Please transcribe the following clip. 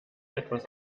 etwas